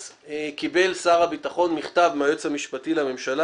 אז קיבל שר הביטחון מכתב מהיועץ המשפטי לממשלה